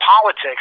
politics